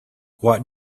what